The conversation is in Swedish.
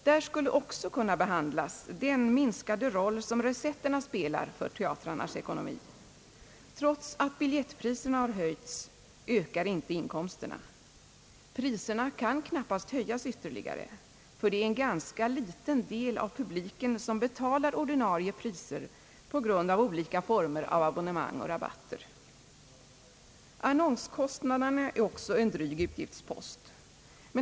Där kunde också den minskade roll som recetterna spelar för teatrarnas ekonomi kunna behandlas. Trots att biljettpriserna har höjts ökar inte inkomsterna. Priserna kan knappast höjas ytterligare, ty det är en ganska liten del av publiken som betalar ordinarie priser på grund av olika former av abonnemang och rabatter. Annonskostnaderna är en dryg utgiftspost.